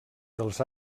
dels